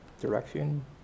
direction